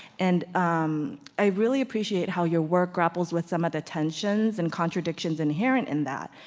and i really appreciate how your work grapples with some of the tensions and contradictions inherent in that.